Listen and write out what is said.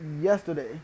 yesterday